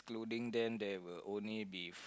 pudding there then there will only be